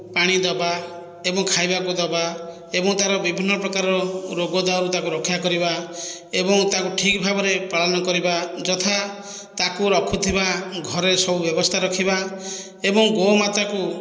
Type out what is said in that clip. ପାଣିଦେବା ଏବଂ ଖାଇବାକୁ ଦେବା ଏବଂ ତାର ବିଭିନ୍ନ ପ୍ରକାର ରୋଗ ଦୟାରୁ ତାକୁ ରକ୍ଷା କରିବା ଏବଂ ତାକୁ ଠିକ ଭାବରେ ପାଳନ କରିବା ଯଥା ତାକୁ ରଖୁଥିବା ଘରେ ସବୁ ବ୍ୟବସ୍ଥା ରଖିବା ଏବଂ ଗୋମାତା କୁ